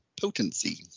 potency